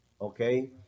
Okay